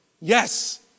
Yes